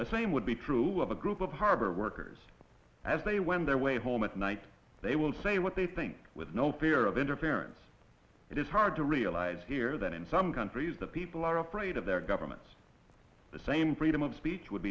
the same would be true of a group of harbor workers as they went their way home at night they will say what they think with no fear of interference it is hard to realize here that in some countries the people are afraid of their governments the same freedom of speech would